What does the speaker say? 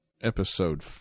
episode